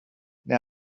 neu